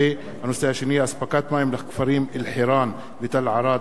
אספקת מים לכפרים אלחיראן ותל-עראד,